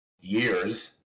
years